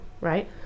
right